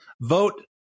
Vote